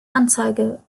anzeige